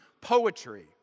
poetry